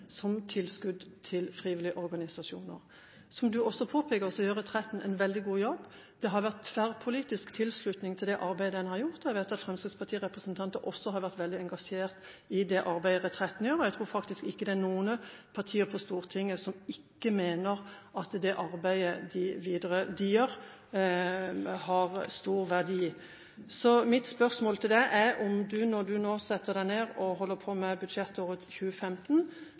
som tilskudd til frivillige organisasjoner. Som du også påpeker, gjør Retretten en veldig god jobb. Det har vært tverrpolitisk tilslutning til det arbeidet de har gjort, og jeg vet at fremskrittspartirepresentanter også har vært veldig engasjert i det arbeidet Retretten gjør. Jeg tror faktisk ikke det er noen partier på Stortinget som ikke mener at det arbeidet de gjør, har stor verdi. Mitt spørsmål til deg er om du når du nå setter deg ned med budsjettåret 2015, vil slå et slag for Retretten. Presidenten vil minne om at både spørsmål og